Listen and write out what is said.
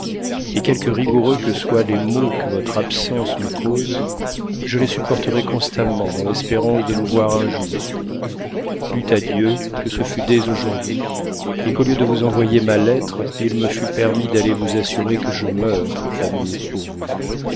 et quelque rigoureux que soient les maux que votre absence me cause je les supporterai constamment dans l'espérance de vous voir un jour plût à dieu que ce fût dès aujourd'hui et qu'au lieu de vous envoyer ma lettre il me lut permis d'aller vous assurer que je meurs d'amour pour vous